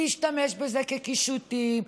להשתמש בזה כקישוטים,